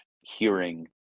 hearing